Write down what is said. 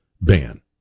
ban